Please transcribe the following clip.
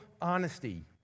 honesty